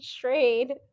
trade